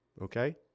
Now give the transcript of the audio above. Okay